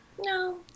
No